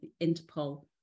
Interpol